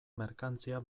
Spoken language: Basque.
merkantzia